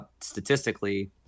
statistically